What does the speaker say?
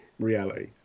Reality